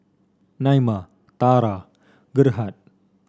Naima Tarah Gerhard